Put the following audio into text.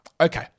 okay